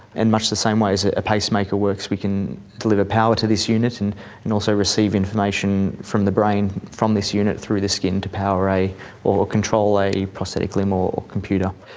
in much the same way as a pacemaker works, we can deliver power to this unit and and also receive information from the brain from this unit through the skin to power or control a prosthetic limb or computer.